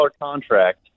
contract